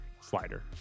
slider